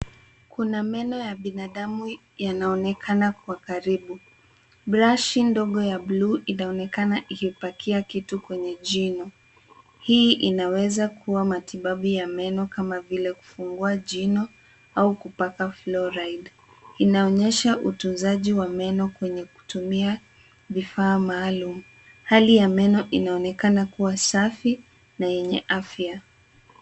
Kuna meno ya binadamu yanaonekana kwa karibu. Brashi ndogo ya buluu inaonekana ikipakia kitu kwenye jino. Hii inaweza kuwa matibabu ya meno kama vile kufungua jino au kupaka fluoride . Inaonyesha utunzaji wa meno kwenye kutumia vifaa maalum. Hali ya meno inaonekana kuwa safi na yenye afya.